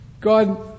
God